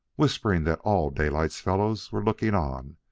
whispering that all daylight's fellows were looking on,